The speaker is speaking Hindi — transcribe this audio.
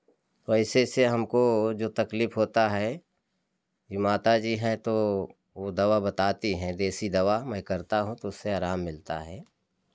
तो ऐसे ऐसे से हमको जो तकलीफ़ होता है यह माता जी हैं तो वह दवा बताती हैं देसी दवा मैं करता हूँ तो उससे आराम मिलता है